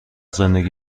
زندگی